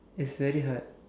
is very hard